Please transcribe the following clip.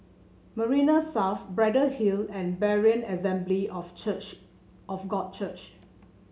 Marina South Braddell Hill and Berean Assembly of Church of God Church